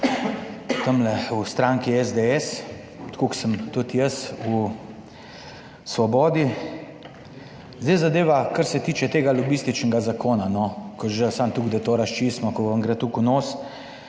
v stranki SDS, tako kot sem tudi jaz v Svobodi. Zdaj zadeva kar se tiče tega lobističnega zakona, samo toliko, da to razčistimo, ko vam gre toliko v nos